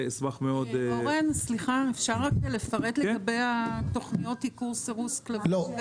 סליחה, אפשר לפרט לגבי תכוניות עיקור-סירוס כלבים?